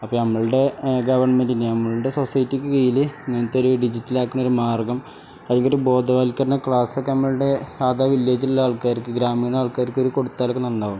അപ്പം നമ്മളുടെ ഗവൺമെൻറിന് നമ്മളുടെ സൊസൈറ്റിക്ക് കീഴിൽ ഇങ്ങനത്തെ ഒരു ഡിജിറ്റലാക്കുന്ന ഒരു മാർഗം അല്ലെങ്കിൽ ഒരു ബോധവത്കരണ ക്ലാസ്സൊക്കെ നമ്മളുടെ സാധാ വില്ലേജിലുള്ള ആൾക്കാർക്ക് ഗ്രാമീണ ആൾക്കാർക്കൊരു കൊടുത്താലൊക്കെ നന്നാകും